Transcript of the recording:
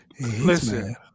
Listen